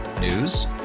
News